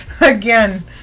Again